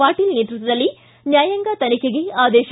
ಪಾಟೀಲ್ ನೇತೃತ್ವದಲ್ಲಿ ನ್ಯಾಯಾಂಗ ತನಿಖೆಗೆ ಆದೇಶ